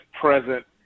present